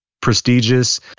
prestigious